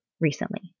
recently